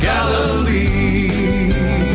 Galilee